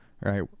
right